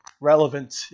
relevant